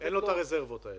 אין לו את הרזרבה הזאת.